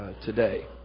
today